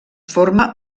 forma